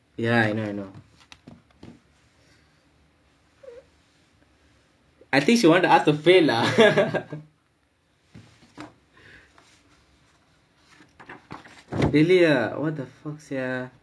ya I know I know I think she want us to fail lah really ah what the fuck sia